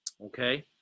Okay